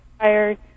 tired